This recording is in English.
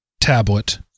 tablet